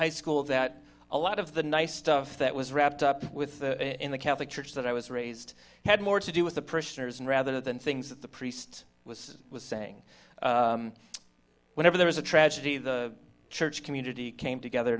high school that a lot of the nice stuff that was wrapped up with in the catholic church that i was raised had more to do with the person as in rather than things that the priest was was saying whenever there was a tragedy the church community came together